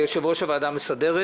יושב-ראש הוועדה המסדרת.